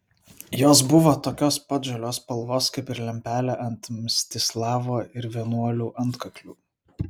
jos buvo tokios pat žalios spalvos kaip ir lempelė ant mstislavo ir vienuolių antkaklių